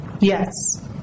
Yes